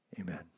Amen